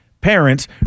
parents